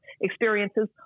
experiences